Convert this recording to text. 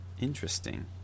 Interesting